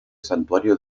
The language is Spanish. santuario